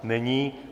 Není...